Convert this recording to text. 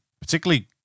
particularly